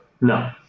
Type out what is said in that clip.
No